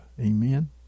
Amen